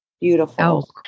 Beautiful